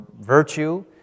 virtue